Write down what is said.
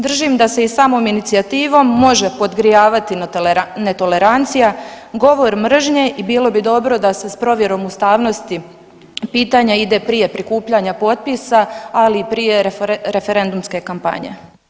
Držim da se i samom inicijativom može podgrijavati netolerancija, govor mržnje i bilo bi dobro da se s provjerom ustavnosti pitanja ide prije prikupljanja potpisa, ali i prije referendumske kampanje.